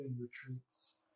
retreats